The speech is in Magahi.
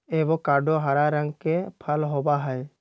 एवोकाडो हरा रंग के फल होबा हई